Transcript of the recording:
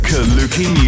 Kaluki